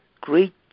great